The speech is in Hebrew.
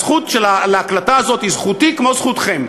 הזכות על ההקלטה הזאת היא זכותי כמו זכותכם.